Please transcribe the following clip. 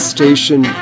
Station